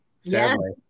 sadly